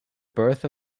birth